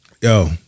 yo